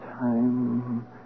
Time